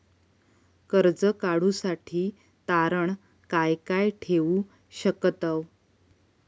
कर्ज काढूसाठी तारण काय काय ठेवू शकतव?